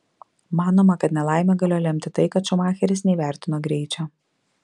manoma kad nelaimę galėjo lemti tai kad šumacheris neįvertino greičio